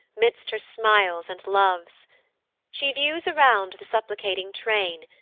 midst her smiles and loves she views around the supplicating train,